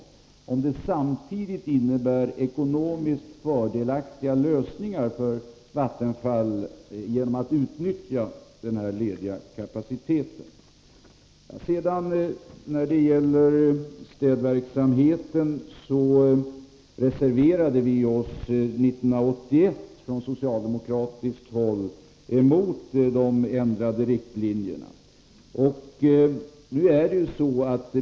Samtidigt kan det ju innebära ekonomiskt fördelaktiga lösningar för Vattenfall, om den lediga kapaciteten utnyttjas. Beträffande städverksamheten är att säga att vi på socialdemokratiskt håll reserverade oss 1981 mot ändringen av riktlinjerna.